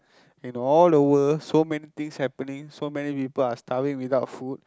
in all the world so many things happening so many people are starving without food